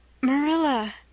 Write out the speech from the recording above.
Marilla